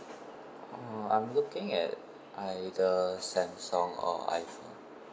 uh I'm looking at either samsung or iphone